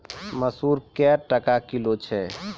मसूर क्या टका किलो छ?